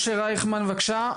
משה רייכמן בבקשה,